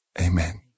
Amen